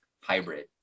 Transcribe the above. hybrid